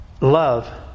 love